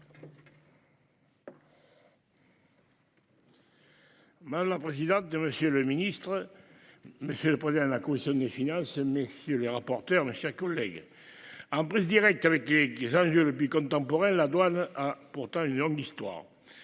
Madame la présidente de monsieur le ministre. Monsieur le président de la commission des finances. Messieurs les rapporteurs la chers collègues en prise directe avec qui engueulent puis contemporaine, la douane a pourtant une longue histoire.